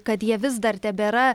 kad jie vis dar tebėra